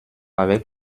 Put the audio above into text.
avec